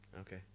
okay